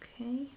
Okay